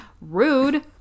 rude